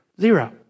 Zero